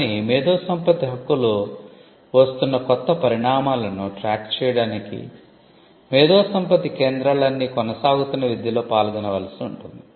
కాని మేధో సంపత్తి హక్కులో వస్తున్న కొత్త పరిణామాలను ట్రాక్ చేయడానికి మేధో సంపత్తి కేంద్రాలన్నీ 'కొనసాగుతున్న విద్య'లో పాల్గొనవలసి ఉంటుంది